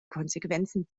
konsequenzen